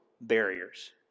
barriers